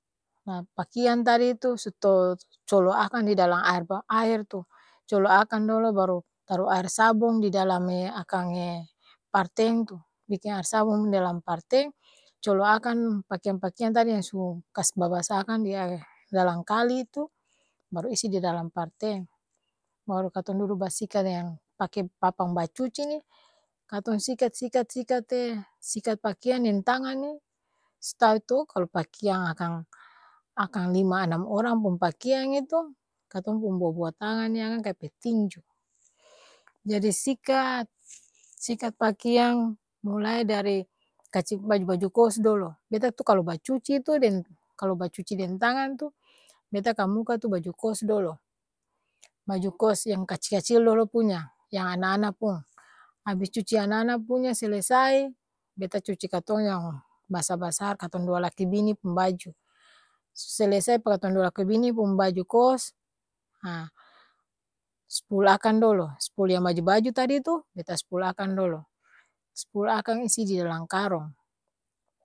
Na pakiang tadi itu su to colo akang di dalang aer ba aer tu, colo akang dolo baru, taro aer sabong di dalam'e akang' parteng tu, biking aer sabong dalam parteng, colo akan pakeang-pakeang tadi yang su kas babasa akang di ae dalang kali itu, baru isi di dalam parteng, baru katong dudu ba sikat deng pake papang bacuci ni, katong sikat sikat sikat'ee sikat pakeang deng tangang ni, s'tau to! Kalo pakiang akang akang-lima anam orang pung pakeang itu, katong pung bua-bua tangang ni akang kaya petinju! Jadi sikat sikat-pakeang, mulai dari kac baju-baju kos dolo, beta tu kalo bacuci tu deng, kalo bacuci deng tangang tu, beta kamuka tu baju kos dolo, baju kos yang kac-kacil dolo punya, yang ana-ana pung, abis cuci ana-ana punya selesai beta cuci katong yang basar-basar katong dua laki bini pung baju, su selesai pel' katong dua laki bini pung baju kos ha spul akang dolo, spul yang baju-baju tadi tu, beta spul akang dolo, spul akang isi di dalang karong.